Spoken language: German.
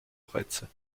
reize